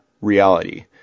reality